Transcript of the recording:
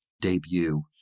debut